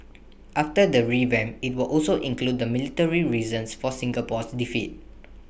after the revamp IT will also include the military reasons for Singapore's defeat